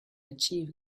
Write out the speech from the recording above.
achieve